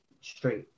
straight